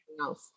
else